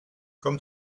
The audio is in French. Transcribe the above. comme